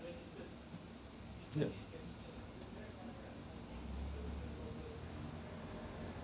yup